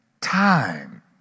time